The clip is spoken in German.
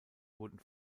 wurden